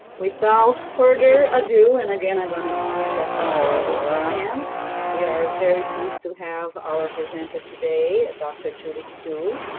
without further ado, and again i'm going to bring that topic at the end, again we are very pleased to have our presenter today, dr. judy tsui.